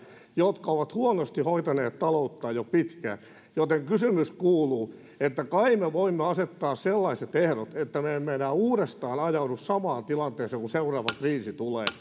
jotka ovat huonosti hoitaneet talouttaan jo pitkään joten kysymys kuuluu että kai me voimme asettaa sellaiset ehdot että me emme enää uudestaan ajaudu samaan tilanteeseen kun seuraava kriisi tulee